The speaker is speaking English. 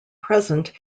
present